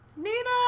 Nina